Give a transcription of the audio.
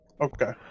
Okay